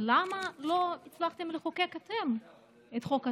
למה לא הצלחתם אתם לחוקק את חוק התקציב.